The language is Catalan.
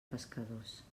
pescadors